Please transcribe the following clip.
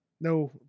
No